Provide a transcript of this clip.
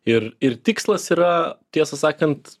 ir ir tikslas yra tiesą sakant